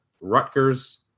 Rutgers